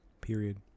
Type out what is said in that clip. Period